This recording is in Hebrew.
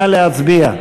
נא להצביע.